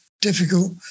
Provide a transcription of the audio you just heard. difficult